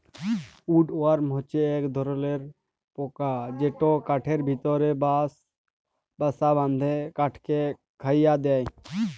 would worm হছে ইক ধরলর পকা যেট কাঠের ভিতরে বাসা বাঁধে কাঠকে খয়ায় দেই